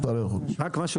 יש לך משהו